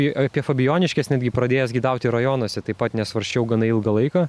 apie fabijoniškes netgi pradėjęs gidauti rajonuose taip pat nesvarsčiau gana ilgą laiką